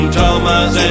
Thomas